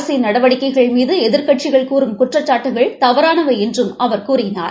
அரசின் நடவடிக்கைள் மீது எதிர்க்கட்சிகள் கூறும் குற்றச்சாட்டுக்கள் தவறானவை என்றும் அவர் கூறினார்